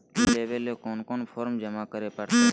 Loan लेवे ले कोन कोन फॉर्म जमा करे परते?